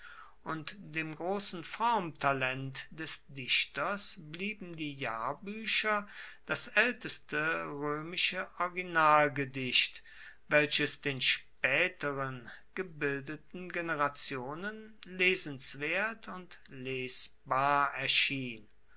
und dem grossen formtalent des dichters blieben die jahrbuecher das aelteste roemische originalgedicht welches den spaeteren gebildeten generationen lesenswert und lesbar erschien